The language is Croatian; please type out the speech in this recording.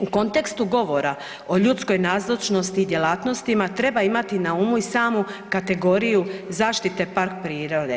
U kontekstu govora o ljudskoj nazočnosti i djelatnostima treba imati na umu i samu kategoriju zaštite park prirode.